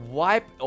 wipe